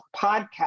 podcast